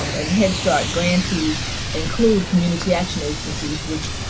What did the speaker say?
um and head start grantees include community action agencies which,